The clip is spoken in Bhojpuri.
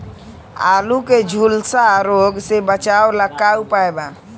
आलू के झुलसा रोग से बचाव ला का उपाय बा?